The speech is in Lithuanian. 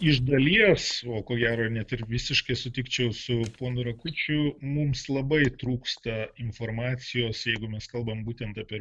iš dalies o ko gero net ir visiškai sutikčiau su ponu rakučiu mums labai trūksta informacijos jeigu mes kalbam būtent apie